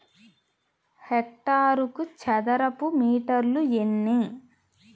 హెక్టారుకు చదరపు మీటర్లు ఎన్ని?